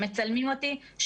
שמצלמים אותי,